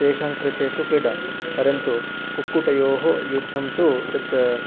तेषां कृते तु क्रीडा परन्तु कुक्कुटयोः युद्धं तु तत्